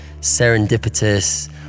serendipitous